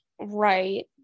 Right